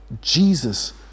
Jesus